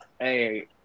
hey